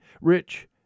rich